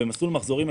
במסלול מחזורים,